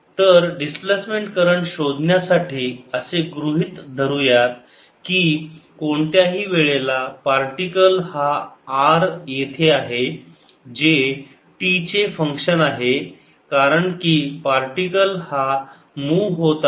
तर displacement current शोधण्यासाठी असे गृहीत धरू यात की कोणत्याही वेळेला पार्टिकल हा r येथे आहे जे t चे फंक्शन आहे कारण की पार्टिकल हा मुव होत आहे तर r t